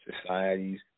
Societies